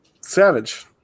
Savage